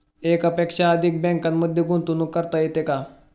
एकापेक्षा अधिक बँकांमध्ये गुंतवणूक करता येते का?